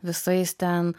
visais ten